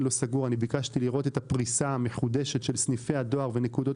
לא סגור ואני ביקשתי לראות את הפריסה המחודשת של סניפי הדואר בנקודות